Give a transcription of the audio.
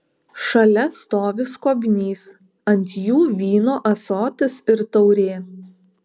šalia stovi skobnys ant jų vyno ąsotis ir taurė